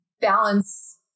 balance